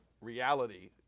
reality